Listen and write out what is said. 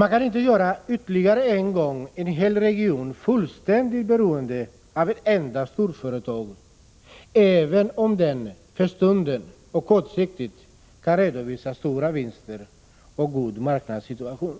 Man kan inte ytterligare en gång göra en hel region fullständigt beroende av ett enda storföretag, även om det för stunden och kortsiktigt kan redovisa stora vinster och en god marknadssituation.